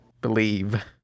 Believe